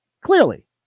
clearly